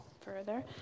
further